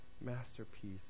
masterpiece